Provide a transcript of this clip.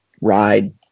ride